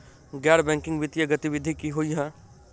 गैर बैंकिंग वित्तीय गतिविधि की होइ है?